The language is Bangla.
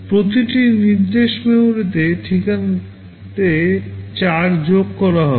প্রতিটি নির্দেশ মেমরি ঠিকানাতে 4 যোগ করা হবে